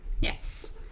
Yes